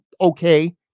okay